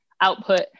output